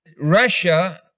Russia